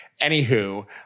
Anywho